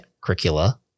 curricula